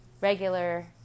regular